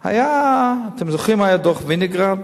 היה, אתם זוכרים שהיה דוח-וינוגרד?